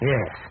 Yes